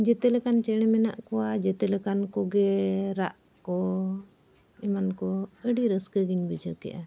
ᱡᱷᱚᱛᱮ ᱞᱮᱠᱟᱱ ᱪᱮᱬᱮ ᱢᱮᱱᱟᱜ ᱠᱚᱣᱟ ᱡᱷᱚᱛᱮ ᱞᱮᱠᱟᱱ ᱠᱚᱜᱮ ᱨᱟᱜ ᱠᱚ ᱮᱢᱟᱱ ᱠᱚ ᱟᱹᱰᱤ ᱨᱟᱹᱥᱠᱟᱹ ᱜᱤᱧ ᱵᱩᱡᱷᱟᱹᱣ ᱠᱮᱜᱼᱟ